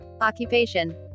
occupation